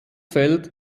feld